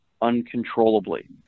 uncontrollably